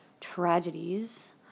tragedies